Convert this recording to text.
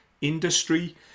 industry